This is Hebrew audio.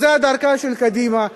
זו דרכה של קדימה,